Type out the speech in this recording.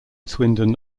swindon